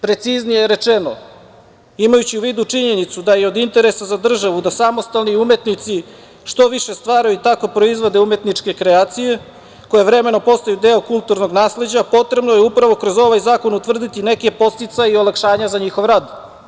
Preciznije rečeno, imajući u vidu činjenicu da je od interesa za državu da samostalni umetnici što više stvaraju i tako proizvode umetničke kreacije koje vremenom postaju deo kulturnog nasleđa, potrebno je upravo kroz ovaj zakon utvrditi neke podsticaje i olakšanja za njihov rad.